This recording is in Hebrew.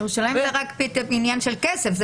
בירושלים זה רק עניין של כסף,